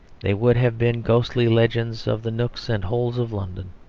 they would have been ghostly legends of the nooks and holes of london,